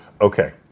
Okay